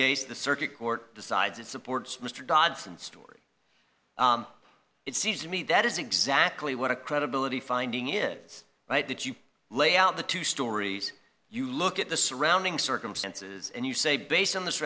case the circuit court decides it supports mr dodson story it seems to me that is exactly what a credibility finding is that you lay out the two stories you look at the surrounding circumstances and you say based on th